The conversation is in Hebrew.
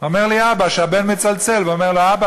אומר לי אבא שהבן מצלצל ואומר לו: "אבא",